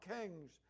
kings